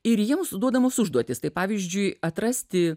ir jiems duodamos užduotys tai pavyzdžiui atrasti